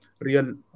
real